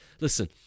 listen